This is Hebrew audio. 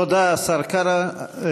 תודה, השר קרא.